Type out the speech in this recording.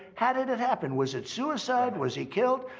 how did it happen? was it suicide? was he killed?